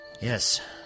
Yes